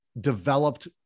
developed